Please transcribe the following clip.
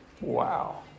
Wow